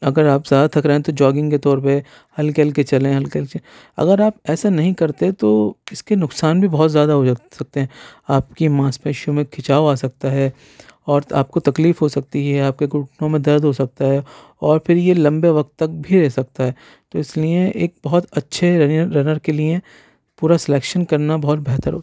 اگر آپ زیادہ تھک رہے ہیں تو جوگنگ کے طور پہ ہلکے ہلکے چلیں ہلکے ہلکے اگر آپ ایسا نہیں کرتے تو اس کے نقصان بھی بہت زیادہ ہو جا سکتے ہیں آپ کی ماس پیشیو میں کھنچاؤ آ سکتا ہے اور آپ کو تکلیف ہو سکتی ہے آپ کے گھٹنوں میں درد ہو سکتا ہے اور پھر یہ لمبے وقت تک بھی رہ سکتا ہے تو اس لیے ایک بہت اچھے رنر رنر کے لیے پورا سلیکشن کرنا بہت بہتر ہوتا ہے